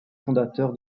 fondateur